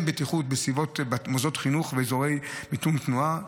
בטיחות בסביבות מוסדות חינוך ואזורי מיתון תנועה.